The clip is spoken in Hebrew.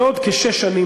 בעוד שש שנים,